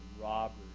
robbers